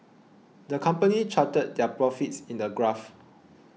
the company charted their profits in a graph